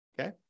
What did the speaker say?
okay